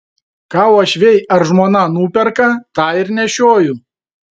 ką uošviai ar žmona nuperka tą ir nešioju